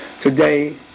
Today